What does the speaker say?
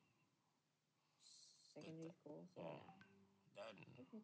(uh huh)